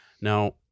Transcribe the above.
Now